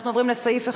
אנחנו עוברים לסעיף 1,